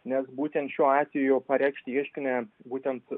nes būtent šiuo atveju pareikšti ieškinį būtent